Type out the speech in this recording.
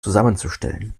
zusammenzustellen